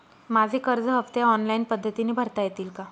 माझे कर्ज हफ्ते ऑनलाईन पद्धतीने भरता येतील का?